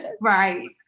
right